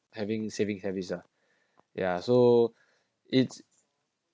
having savings habits ah yeah so it's